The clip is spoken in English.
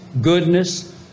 goodness